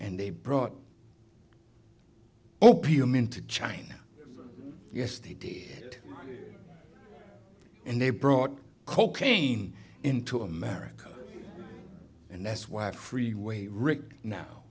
and they brought opium into china yesterday and they brought cocaine into america and that's why freeway rick no